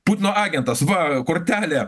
putino agentas va kortelė